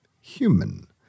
human